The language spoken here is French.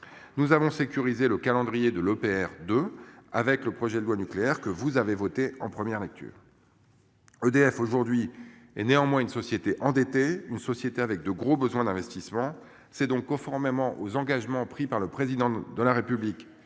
Nous avons sécurisé le calendrier de l'EPR de avec le projet de loi nucléaire que vous avez voté en première lecture. EDF aujourd'hui est néanmoins une société endettée, une société avec de gros besoins d'investissement. C'est donc conformément aux engagements pris par le président de la République